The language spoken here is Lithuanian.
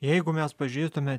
jeigu mes pažiūrėtume